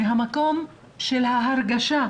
מהמקום של ההרגשה,